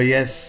Yes